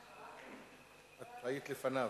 אדוני היושב-ראש,